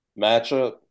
matchup